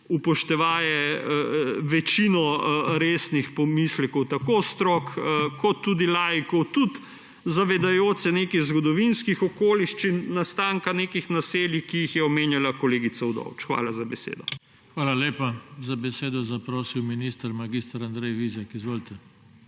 upoštevaje večino resnih pomislekov tako strok kot tudi laikov, tudi zavedajoč se nekih zgodovinskih okoliščin nastanka nekih naselij, ki jih je omenjala kolegica Udovč. Hvala za besedo. **PODPREDSEDNIK JOŽE TANKO:** Hvala lepa. Za besedo je zaprosil minister, mag. Andrej Vizjak. Izvolite.